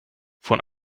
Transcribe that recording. von